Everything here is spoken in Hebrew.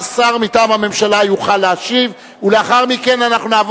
והחלטת הוועדה אושרה על-פי סעיף 121. תודה רבה.